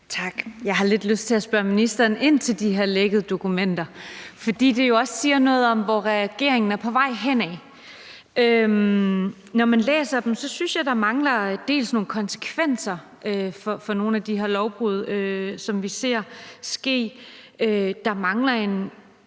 Tak. Jeg har lidt lyst til at spørge ministeren ind til de her lækkede dokumenter, fordi det jo også siger noget om, hvor regeringen er på vej hen. Når man læser dem, synes jeg der mangler nogle konsekvenser for nogle af de her lovbrud, som vi ser ske. Der mangler en